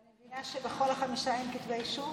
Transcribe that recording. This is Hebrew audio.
אז אני מבינה שבכל החמישה אין כתבי אישום?